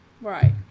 Right